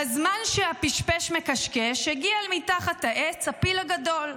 בזמן שהפשפש מקשקש, הגיע אל מתחת לעץ הפיל הגדול,